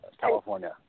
California